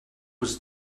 was